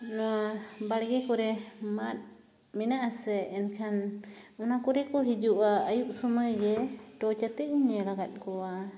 ᱱᱚᱣᱟ ᱵᱟᱲᱜᱮ ᱠᱚᱨᱮ ᱢᱟᱫ ᱢᱮᱱᱟᱜᱼᱟ ᱥᱮ ᱮᱱᱠᱷᱟᱱ ᱚᱱᱟ ᱠᱚᱨᱮ ᱠᱚ ᱦᱤᱡᱩᱜᱼᱟ ᱟᱭᱩᱵ ᱥᱩᱢᱟᱹᱭᱜᱮ ᱴᱚᱪᱟᱛᱮᱫ ᱤᱧ ᱧᱮᱞ ᱟᱠᱟᱫ ᱠᱚᱣᱟ